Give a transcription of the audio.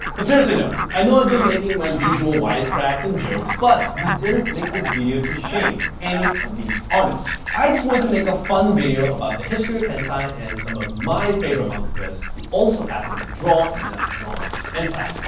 but seriously though. i know i've been making my usual wisecracks and jokes but we didn't make this video to shame any of these artists. i just want to make a fun video about the history of hentai and some of my favorite mangakas who also happened to draw and have drawn hentai.